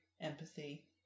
empathy